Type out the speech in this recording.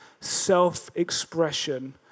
self-expression